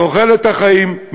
תוחלת החיים,